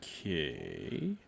okay